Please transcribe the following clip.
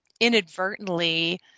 inadvertently